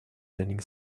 standing